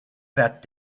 that